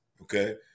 okay